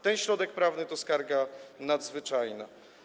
Ten środek prawny to skarga nadzwyczajna.